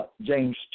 James